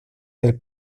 del